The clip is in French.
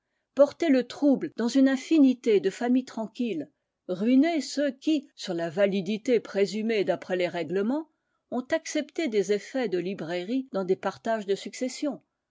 porter le trouble dans une infinité de familles tranquilles ruiner ceux qui sur la validité présumée d'après les règlements ont accepté des effets de librairie dans des partages de succession